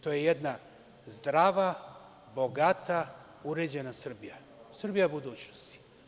To je jedna zdrava, bogata, uređena Srbija, Srbija budućnosti.